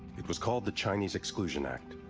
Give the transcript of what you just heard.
it was called the chinese exclusion act,